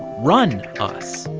run us.